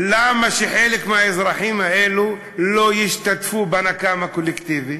למה שחלק מהאזרחים האלה לא ישתתפו בנקם הקולקטיבי?